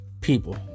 people